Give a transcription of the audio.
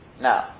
Now